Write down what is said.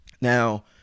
Now